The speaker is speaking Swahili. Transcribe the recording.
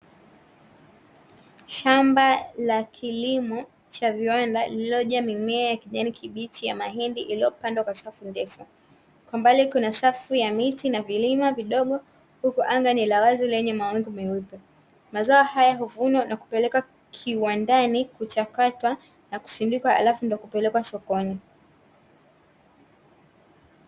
Shamba la kilimo cha viwanda lililojaa mimea ya kijani kibichi ya mahindi iliyopandwa kwa safu ndefu, kwa mbali kuna safu ya miti na vilima vidogo, huku anga ni la wazi lenye mawingu meupe. Mazao haya huvunwa na kupelekwa kiwandani kuchakatwa na kusindikwa, halafu ndipo kupelekwa sokoni.